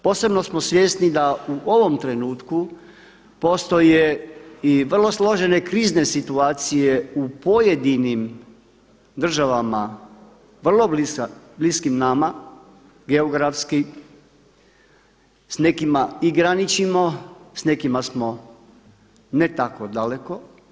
Posebno smo svjesni da u ovom trenutku postoje i vrlo složene krizne situacije u pojedinim državama vrlo bliskim nama, geografskim, s nekima i graničimo, s nekima smo ne tako daleko.